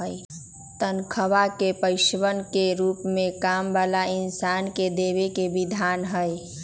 तन्ख्वाह के पैसवन के रूप में काम वाला इन्सान के देवे के विधान हई